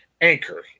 Anchor